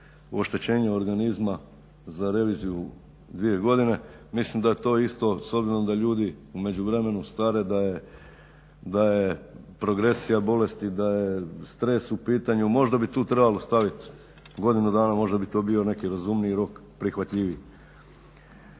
oštećenja organizma za reviziju dvije godine. Mislim da je to isto, s obzirom da ljudi u međuvremenu stare, da je progresija bolesti, da je stres u pitanju. Možda bi tu trebalo stavit godinu dana. Možda bi to bio neki razumniji rok, prihvatljiviji.